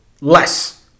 less